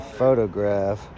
photograph